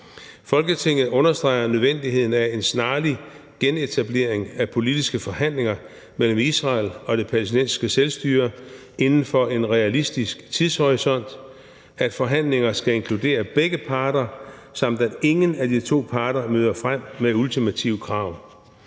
Folketinget understreger nødvendigheden af en snarlig genetablering af politiske forhandlinger mellem Israel og Det Palæstinensiske Selvstyre inden for en realistisk tidshorisont, at forhandlinger skal inkludere begge parter, samt at ingen af de to parter møder frem med ultimative krav.